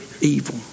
evil